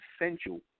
essential